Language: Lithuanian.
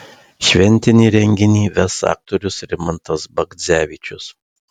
šventinį renginį ves aktorius rimantas bagdzevičius